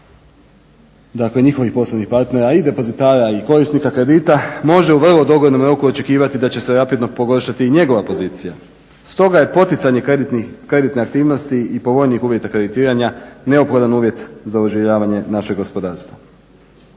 dakle njihovih poslovnih partnera i depozitara i korisnika kredita, može u vrlo doglednom roku očekivati da će se rapidno pogoršati i njegova pozicija. Stoga je poticanje kreditne aktivnosti i povoljnijih uvjeta kreditiranja neophodan uvjet za oživljavanje našeg gospodarstva.